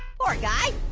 poor guy,